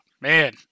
man